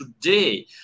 today